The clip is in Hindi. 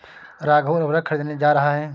राघव उर्वरक खरीदने जा रहा है